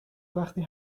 وقتی